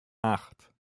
acht